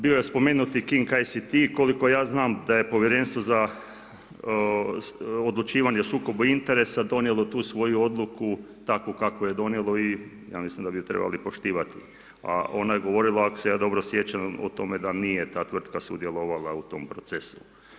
Bio je spomenut i ... Koliko ja znam da je Povjerenstvo za odlučivanje o sukobu interesa donijelo tu svoju odluku takvu kakvu je donijelo i ja mislim da bi ju trebali poštivati, a ona je govorila, ako se ja dobro sjećam o tome da nije ta tvrtka sudjelovala u tom procesu.